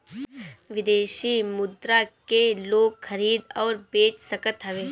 विदेशी मुद्रा के लोग खरीद अउरी बेच सकत हवे